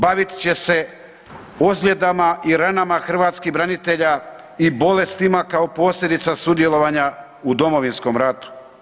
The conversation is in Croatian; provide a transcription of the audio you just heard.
Bavit će se ozljedama i ranama hrvatskih branitelja i bolestima kao posljedica sudjelovanja u Domovinskom ratu.